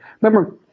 Remember